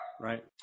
Right